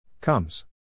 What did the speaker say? Comes